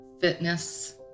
fitness